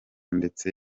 ndetse